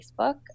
Facebook